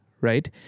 right